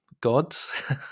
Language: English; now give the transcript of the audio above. gods